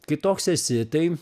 kai toks esi tai